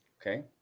Okay